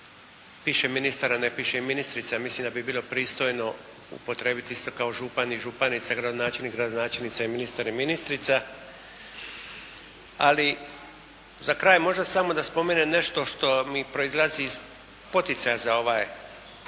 piše ministar, a ne piše ministrica. Mislim da bi bilo pristojno upotrijebiti isto kao župan i županica, gradonačelnik, gradonačelnica i ministar i ministrica. Ali, za kraj možda samo da spomenem nešto što mi proizlazi iz poticaja za ovu našu